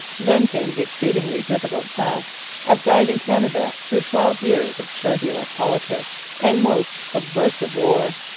then came the exceedingly difficult task of guiding canada through twelve years of turbulent politics and most subversive war.